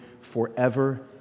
forever